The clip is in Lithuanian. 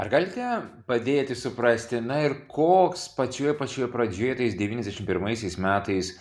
ar galite padėti suprasti na ir koks pačioje pačioje pradžioje tais devyniasdešimt pirmaisiais metais